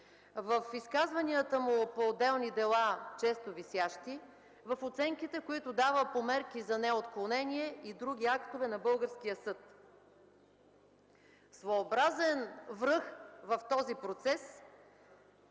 в изказванията му по отделни дела, често висящи, в оценките, които дава по мерки за неотклонение и други актове на българския съд. Своеобразен връх в този процес